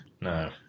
No